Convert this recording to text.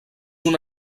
una